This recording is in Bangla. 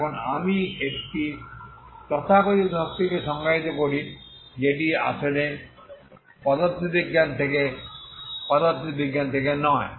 এখন আমি একটি তথাকথিত শক্তিকে সংজ্ঞায়িত করি যে এটি আসলে পদার্থবিজ্ঞান থেকে নয়